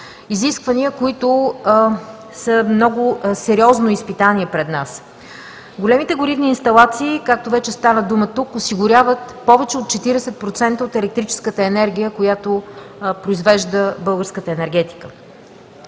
изисквания, които са сериозно изпитание пред нас. Големите горивни инсталации, както вече стана дума тук, осигуряват повече от 40% от електрическата енергия, която произвежда българската енергетика.